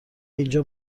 اینجا